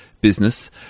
business